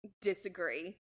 Disagree